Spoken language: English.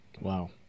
Wow